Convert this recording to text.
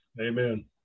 Amen